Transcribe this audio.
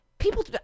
People